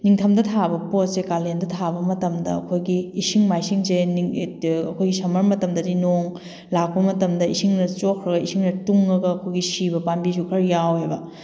ꯅꯤꯡꯊꯝꯗ ꯊꯥꯕ ꯄꯣꯠꯁꯦ ꯀꯥꯂꯦꯟꯗ ꯊꯥꯕ ꯃꯇꯝꯗ ꯑꯩꯈꯣꯏꯒꯤ ꯏꯁꯤꯡ ꯃꯥꯏꯁꯤꯡꯁꯦ ꯑꯩꯈꯣꯏ ꯁꯃꯔ ꯃꯇꯝꯗꯗꯤ ꯅꯣꯡ ꯂꯥꯛꯄ ꯃꯇꯝꯗ ꯏꯁꯤꯡꯅ ꯆꯣꯠꯈ꯭ꯔꯣ ꯏꯁꯤꯡꯅ ꯇꯨꯡꯉꯒ ꯑꯩꯈꯣꯏꯒꯤ ꯁꯤꯕ ꯄꯥꯝꯕꯤꯁꯨ ꯈꯔ ꯌꯥꯎꯋꯦꯕ